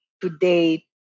today